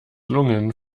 lungen